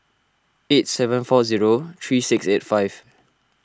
eight seven four zero three six eight five